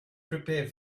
prepare